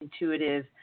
intuitive